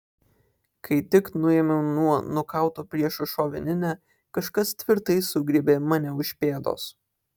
kai tik nuėmiau nuo nukauto priešo šovininę kažkas tvirtai sugriebė mane už pėdos